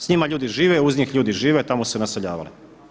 S njima ljudi žive, uz njih ljudi žive, a tamo su se naseljavali.